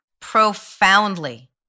profoundly